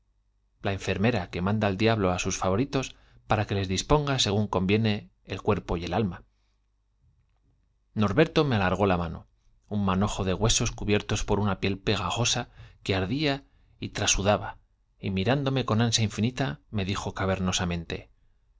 la enfermera que manda el diablo á sus favoritos para que les disponga según conviene el cuerpo y el alma norberto me alargó la mano un manojo de huesos cubiertos por una piel pegajosa que ardía y trasu daba y mirándome con ansia infinit me dijo caver